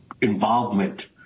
involvement